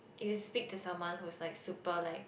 you speak to someone who's like super like